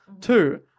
Two